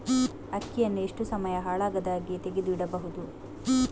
ಅಕ್ಕಿಯನ್ನು ಎಷ್ಟು ಸಮಯ ಹಾಳಾಗದಹಾಗೆ ತೆಗೆದು ಇಡಬಹುದು?